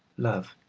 love.